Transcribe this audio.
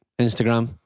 Instagram